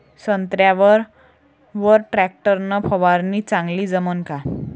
संत्र्यावर वर टॅक्टर न फवारनी चांगली जमन का?